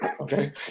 Okay